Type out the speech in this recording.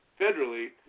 federally